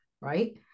right